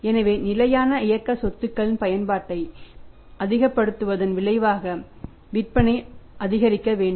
எனவே நிலையான இயக்க சொத்துக்களின் பயன்பாட்டை அதிகப்படுத்தியதன் விளைவாக விற்பனையை அதிகரிக்க வேண்டும்